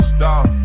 Stop